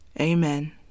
Amen